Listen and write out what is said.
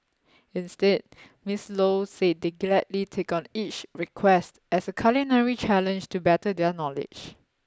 instead Miss Low said they gladly take on each request as a culinary challenge to better their knowledge